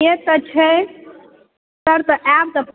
से तऽ छै सर तऽ आयब तऽ